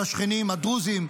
של השכנים הדרוזים,